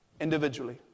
individually